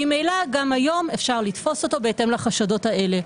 ממילא גם היום אפשר לתפוס אותו בהתאם לחשדות האלה.